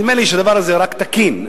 נדמה לי שהדבר הזה רק תקין.